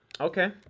Okay